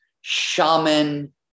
shaman